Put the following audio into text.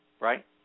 Right